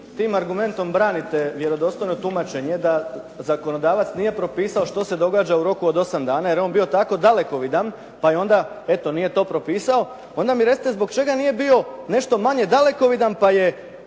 tim argumentom branite vjerodostojno tumačenje da zakonodavac nije propisao što se događa u roku od osam dana jer je on bio tako dalekovidan, pa je onda eto nije to propisao, onda mi recite zbog čega nije bio nešto manje dalekovidan pa je